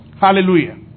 Hallelujah